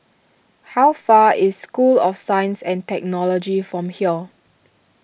how far is School of Science and Technology from here